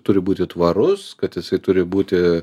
turi būti tvarus kad jisai turi būti